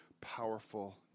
powerful